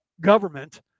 government